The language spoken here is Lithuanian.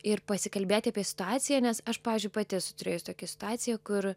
ir pasikalbėti apie situaciją nes aš pavyzdžiui pati esu turėjus tokią situaciją kur